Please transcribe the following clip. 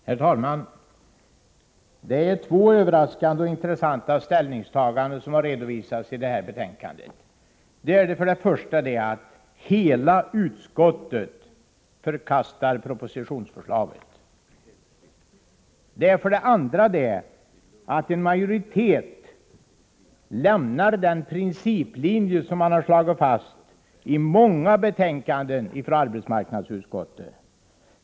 Herr talman! Två överraskande och intressanta ställningstaganden har redovisats i detta betänkande. För det första har hela utskottet förkastat propositionsförslaget. För det andra lämnar en majoritet den principlinje som har slagits fast i många betänkanden från arbetsmarknadsutskottet.